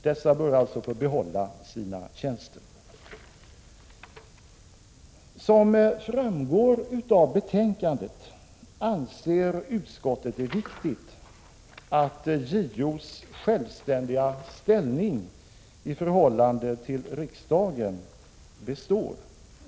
Dessa bör alltså få behålla sina tjänster. Som framgår av betänkandet anser utskottet det viktigt att JO:s självständiga ställning i förhållande till riksdagen består.